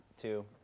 Two